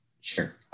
Sure